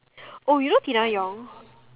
oh you know tina yong